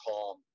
calm